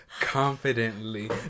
confidently